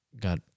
got